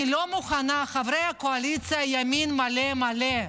אני לא מוכנה, חברי הקואליציה ימין מלא מלא,